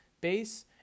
base